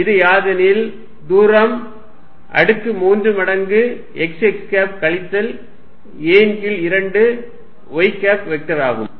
இது யாதெனில் தூரம் அடுக்கு மூன்று மடங்கு x x கேப் கழித்தல் a ன் கீழ் 2 y கேப் வெக்டர் ஆகும்